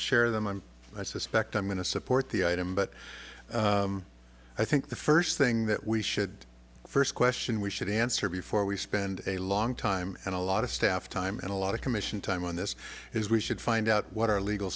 share them i'm i suspect i'm going to support the item but i think the first thing that we should first question we should answer before we spend a long time and a lot of staff time and a lot of commission time on this is we should find out what our legal